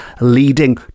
leading